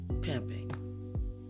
pimping